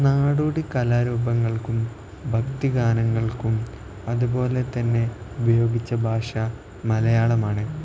നാടോടി കലാരൂപങ്ങൾക്കും ഭക്തിഗാനങ്ങൾക്കും അതുപോലെ തന്നെ ഉപയോഗിച്ച ഭാഷ മലയാളമാണ്